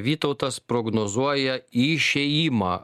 vytautas prognozuoja išėjimą